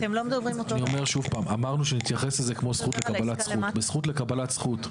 אמרנו שנתייחס לזה כמו זכות לקבלת זכות.